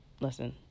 listen